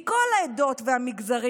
מכל העדות והמגזרים,